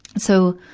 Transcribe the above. so,